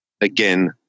Again